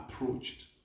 approached